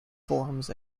forms